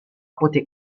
poté